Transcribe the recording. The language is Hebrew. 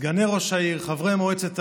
סגני ראש העיר, חברי מועצת העיר,